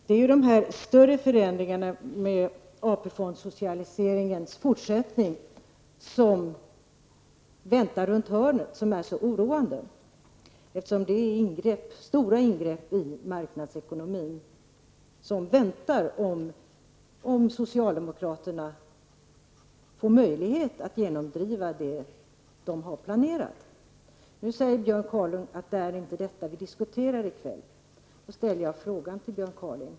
Herr talman! Det är de större förändringarna med AP-fondssocialiseringens fortsättning som väntar runt hörnet som är så oroande. Det blir fråga om stora ingrepp i marknadsekonomin om socialdemokraterna får möjlighet att genomdriva det de har planerat. Nu säger Björn Kaaling att vi inte diskuterar detta i kväll.